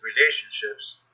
relationships